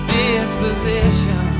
disposition